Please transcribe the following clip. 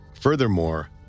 Furthermore